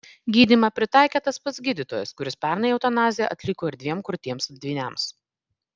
gydymą pritaikė tas pats gydytojas kuris pernai eutanaziją atliko ir dviem kurtiems dvyniams